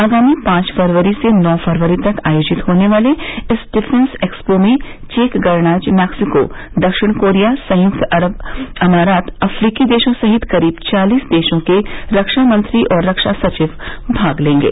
आगामी पांच फरवरी से नौ फरवरी तक आयोजित होने वाले इस डिफेंस एक्सपो में चेक गणराज्य मैक्सिको दक्षिण कोरिया संयुक्त अरब अमारात अफ्रीकी देशों सहित क़रीब चालीस देशों के रक्षा मंत्री और रक्षा सचिव भाग लेंगे